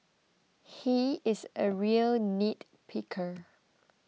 he is a real nitpicker